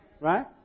right